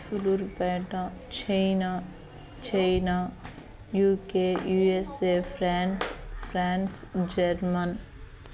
Sullurpeta China China U K U S A France France Germany